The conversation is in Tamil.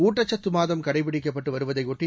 ஊட்டக்கத்து மாதம் கடைபிடிக்கப்பட்டு வருவதை ஒட்டி